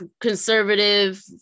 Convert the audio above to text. conservative